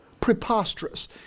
preposterous